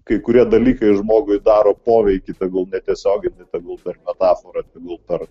kai kurie dalykai žmogui daro poveikį tegul netiesioginį tegul per metaforą tegul per